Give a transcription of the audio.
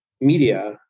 media